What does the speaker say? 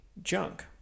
junk